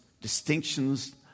distinctions